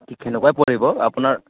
তেনেকুৱাই পৰিব আপোনাৰ